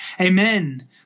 Amen